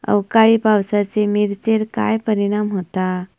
अवकाळी पावसाचे मिरचेर काय परिणाम होता?